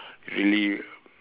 really